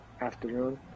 afternoon